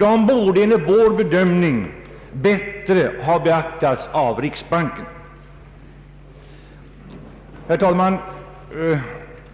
enligt vår bedömning bättre borde ha beaktats av riksbanken. Herr talman!